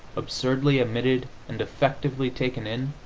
absurdly emitted and defectively taken in,